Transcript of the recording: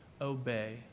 obey